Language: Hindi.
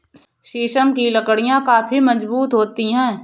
शीशम की लकड़ियाँ काफी मजबूत होती हैं